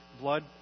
blood